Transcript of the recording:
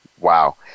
wow